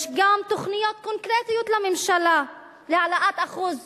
יש גם תוכניות קונקרטיות לממשלה להעלאת אחוז